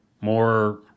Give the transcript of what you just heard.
more